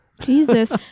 Jesus